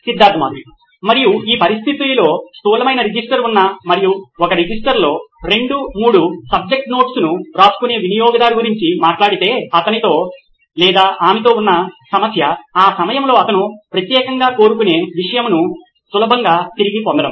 Siddharth Maturi CEO నోయిన్ electronics మరియు ఈ పరిస్థితిలో స్థూలమైన రిజిస్టర్ ఉన్న మరియు ఒక రిజిస్టర్లో 2 3 సబ్జెక్ట్ నోట్స్ ను వ్రాసుకునే వినియోగదారు గురించి మాట్లాడితే అతనితో లేదా ఆమెతో ఉన్న సమస్య ఆ సమయంలో అతను ప్రత్యేకంగా కోరుకునే విషయమును సులభంగా తిరిగి పొందడం